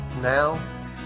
Now